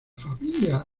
familia